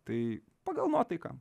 tai pagal nuotaiką